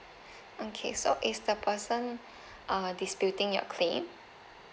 okay so is the person err disputing your claim